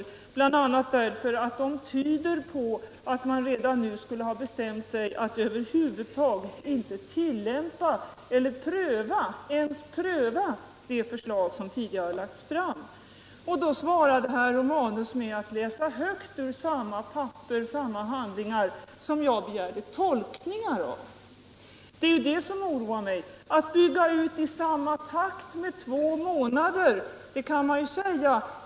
De uttalanden jag nämnde tyder nämligen på att man redan nu skulle ha bestämt sig för att över huvud taget inte ens pröva de förslag som tidigare lagts fram. Herr Romanus svarade med att läsa högt ur de handlingar som jag begärde en tolkning av. Att förmånerna skall byggas ut i samma takt som föreslagits i den Fridhska utredningen kan man ju säga.